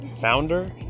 founder